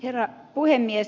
herra puhemies